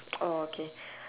oh okay